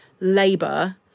Labour